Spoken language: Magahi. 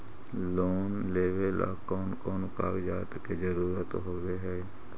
लोन लेबे ला कौन कौन कागजात के जरुरत होबे है?